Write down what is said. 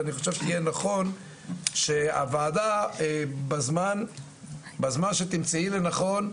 אני חושב שיהיה נכון שהוועדה בזמן שתמצאי לנכון,